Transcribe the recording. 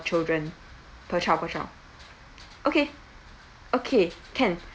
children per child per child okay okay can